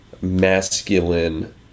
masculine